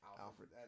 Alfred